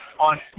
on